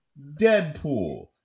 Deadpool